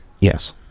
Yes